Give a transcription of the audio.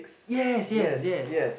yes yes yes